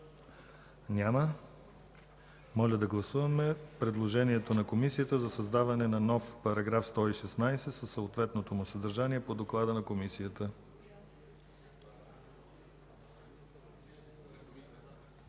Няма. Моля да гласуваме предложението на Комисията за създаване на нов § 116 със съответното му съдържание по доклада на Комисията.